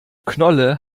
knolle